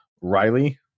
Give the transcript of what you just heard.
Riley